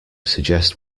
suggest